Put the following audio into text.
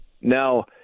Now